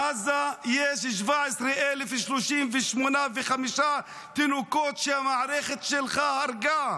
בעזה יש 17,385 תינוקות שהמערכת שלך הרגה,